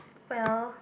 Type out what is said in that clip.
well